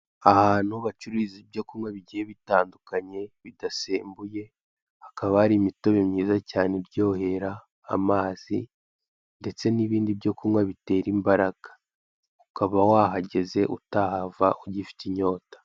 Ahantu bacuruza ibyo kunywa bigiye bitanduaknaye bidasembuye hakaba hari imitobe myiza iryohera, amazi ndetse n'ibindi byo kunywa bitera imbaraga, ukaba wahageze utahava ugifite inyota.